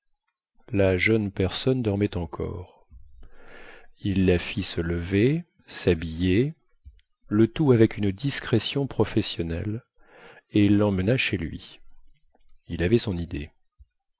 la jeune personne dormait encore il la fit se lever shabiller le tout avec une discrétion professionnelle et lemmena chez lui il avait son idée